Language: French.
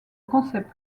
concept